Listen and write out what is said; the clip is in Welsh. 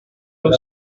nhw